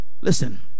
listen